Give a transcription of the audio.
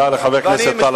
אחרי ששחטו אותם